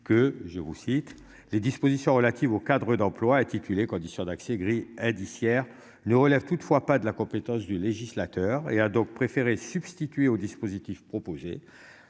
que je vous cite les dispositions relatives aux cadres d'intitulé conditions d'accès gris. Indiciaires ne relève toutefois pas de la compétence du législateur et a donc préféré substituer au dispositif proposé